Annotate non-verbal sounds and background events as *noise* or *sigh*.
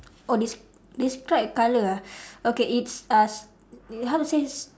oh des~ describe colour ah *noise* okay it's uh how to say it's